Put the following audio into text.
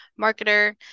marketer